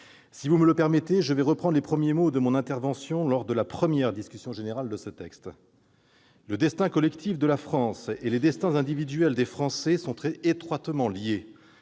si vous me le permettez, je reprendrai les premiers mots de mon intervention lors de la première discussion générale sur ce texte. Le destin collectif de la France et les destins individuels des Français sont étroitement liés.